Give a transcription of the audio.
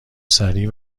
سریع